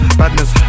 badness